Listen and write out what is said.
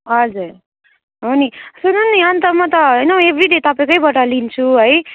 हजुर हो नि सुन्नु नि अनि त म त होइन एभ्रीडे तपाईँकै बाट लिन्छु है